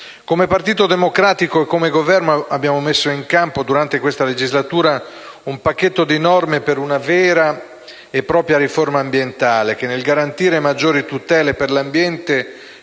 Come Partito Democratico e come Governo abbiamo messo in campo, durante questa legislatura, un pacchetto di norme per una vera e propria riforma ambientale che nel garantire maggiori tutele per l'ambiente